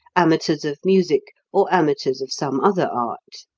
amateurs of music, or amateurs of some other art.